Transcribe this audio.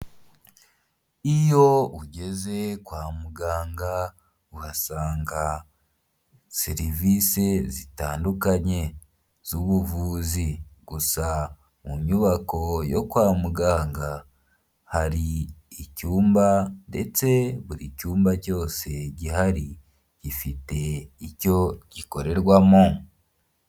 Iyo ugeze kwa muganga uhasanga serivisi zitandukanye z'ubuvuzi, gusa mu nyubako yo kwa muganga hari icyumba ndetse buri cyumba cyose gihari gifite icyo gikorerwamo.